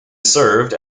served